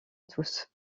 tous